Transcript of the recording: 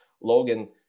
Logan